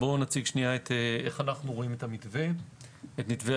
נציג, איך אנו רואים את מתווה הגז.